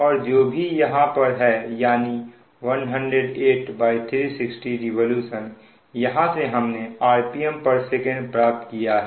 और जो भी यहां पर है यानी 108360 रिवॉल्यूशन यहां से हमने rpmSec प्राप्त किया है